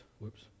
Whoops